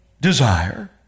desire